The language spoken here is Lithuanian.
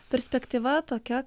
perspektyva tokia